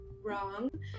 wrong